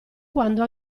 quando